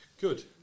good